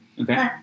Okay